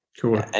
Cool